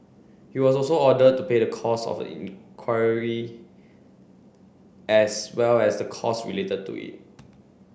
he was also ordered to pay the cost of inquiry as well as the cost related to it